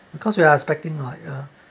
because we are expecting like uh